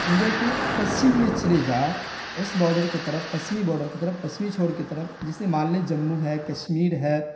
India کے پچھم میں چلے جائیں اس باڈر کے طرف پچھمی باڈر کی طرف پچھمی چھور کی طرف جیسے مان لیں جموں ہے کشمیر ہے